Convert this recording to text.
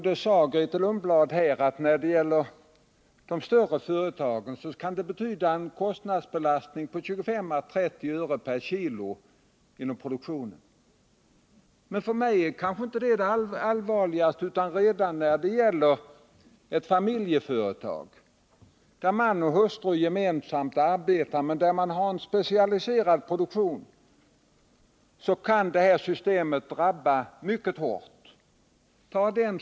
Som Grethe Lundblad sade kan det när det gäller de större företagen inom produktionen betyda en kostnadsbelastning på 25 å 30 öre per kilo. För mig är kanske inte detta det allvarligaste. Redan då det gäller ett familjeföretag där man och hustru gemensamt arbetar och produktionen är specialiserad kan systemet drabba mycket hårt.